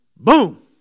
Boom